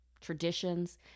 traditions